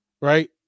right